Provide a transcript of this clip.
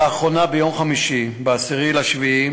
לאחרונה, ביום חמישי, 10 ביולי,